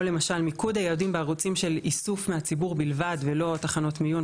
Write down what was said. או למשל מיקוד היעדים בערוצים של איסוף מהציבור בלבד ולא תחנות מיון,